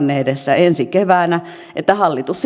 niin ensi keväänä voi olla edessä tilanne että hallitus